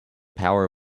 power